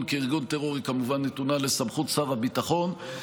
כארגון טרור כמובן נתונה לסמכות שר הביטחון,